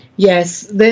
Yes